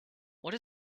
what